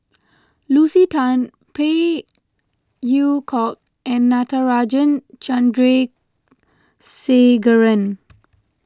Lucy Tan Phey Yew Kok and Natarajan Chandrasekaran